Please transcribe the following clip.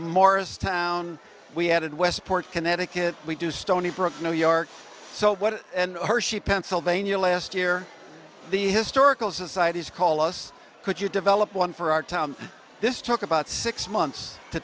morristown we had westport connecticut we do stony brook new york so what hershey pennsylvania last year the historical societies call us could you develop one for our town this took about six months to